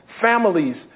families